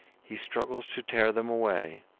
he struggles to tear them away,